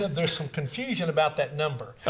there is some confusion about that number.